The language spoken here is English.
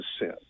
sin